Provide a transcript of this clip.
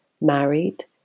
married